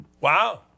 Wow